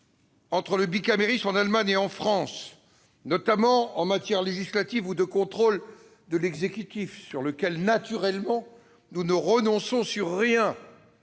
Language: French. entre le bicamérisme en Allemagne et en France, notamment en matière législative ou de contrôle de l'exécutif- sur cette question, nous ne renonçons naturellement